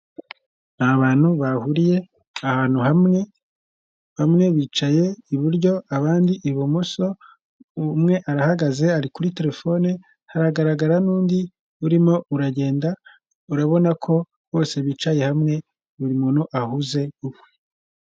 Ni abantu bahuriye ahantu hamwe, bamwe bicaye iburyo abandi ibumoso, umwe arahagaze ari kuri telefone haragaragara n'undi urimo uragenda urabona ko bose bicaye hamwe buri muntu ahuze ukwe.